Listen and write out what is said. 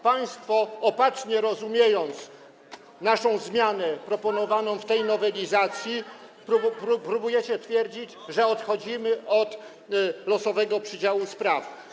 Państwo, opacznie rozumiejąc naszą zmianę proponowaną w tej nowelizacji, próbujecie twierdzić, że odchodzimy od losowego przydziału spraw.